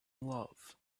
love